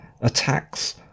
attacks